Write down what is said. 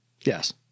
Yes